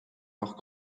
leurs